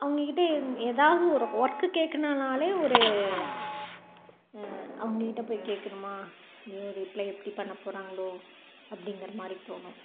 அவங்ககிட்ட ஏதாவுது ஒரு ஒர்க்கு கேட்கணுன்னாலே ஒரு அவங்ககிட்ட போய் கேட்கணுமா அய்யோ ரிப்லை எப்படி பண்ணப் போகிறாங்களோ அப்படிங்குற மாதிரி தோணும்